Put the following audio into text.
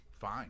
fine